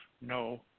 no